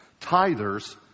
Tithers